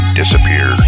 disappear